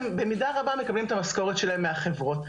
הם במידה רבה מקבלים את המשכורת שלהם מהחברות.